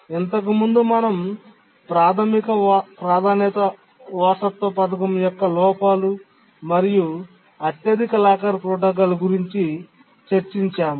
ఇంతకుముందు మనం ప్రాథమిక ప్రాధాన్యత వారసత్వ పథకం యొక్క లోపాలు మరియు అత్యధిక లాకర్ ప్రోటోకాల్ గురించి చర్చించాము